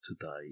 today